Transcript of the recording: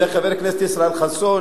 עם חבר הכנסת ישראל חסון,